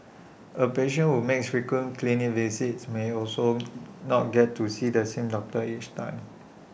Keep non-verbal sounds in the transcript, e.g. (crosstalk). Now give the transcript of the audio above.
A patient who makes frequent clinic visits may also (noise) not get to see the same doctor each time